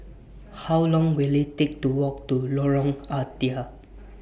How Long Will IT Take to Walk to Lorong Ah Thia